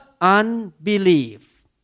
unbelief